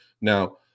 now